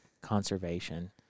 conservation